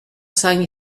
sang